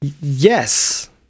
Yes